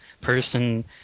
person